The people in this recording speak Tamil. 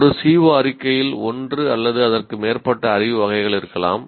ஒரு CO அறிக்கையில் ஒன்று அல்லது அதற்கு மேற்பட்ட அறிவு வகைகள் இருக்கலாம்